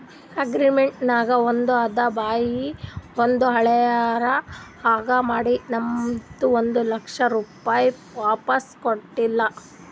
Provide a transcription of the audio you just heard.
agreement ನಾಗ್ ಒಂದ್ ಅದ ಬಾಯ್ಲೆ ಒಂದ್ ಹೆಳ್ಯಾರ್ ಹಾಂಗ್ ಮಾಡಿ ನಮ್ದು ಒಂದ್ ಲಕ್ಷ ರೂಪೆ ವಾಪಿಸ್ ಕೊಟ್ಟಿಲ್ಲ